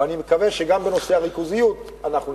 ואני מקווה שגם בנושא הריכוזיות אנחנו נצליח.